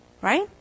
Right